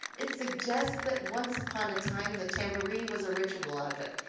it suggests that once upon a time, the tambourine was a ritual object,